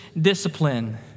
discipline